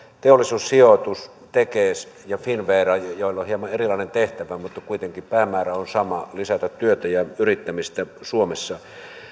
teollisuussijoitus tekes ja finnvera joilla on hieman erilainen tehtävä mutta kuitenkin sama päämäärä lisätä työtä ja yrittämistä suomessa